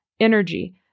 energy